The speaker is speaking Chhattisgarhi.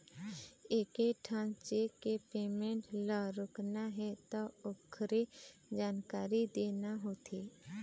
एकेठन चेक के पेमेंट ल रोकना हे त ओखरे जानकारी देना होथे